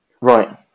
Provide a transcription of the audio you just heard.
Right